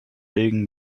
legen